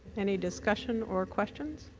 any discussion or questions?